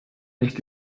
nicht